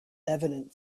evident